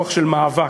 רוח של מאבק,